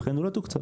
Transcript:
ולכן הוא לא תוקצב.